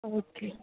okay